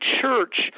church